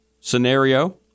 scenario